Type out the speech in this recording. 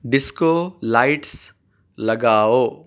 disco lights لگاؤ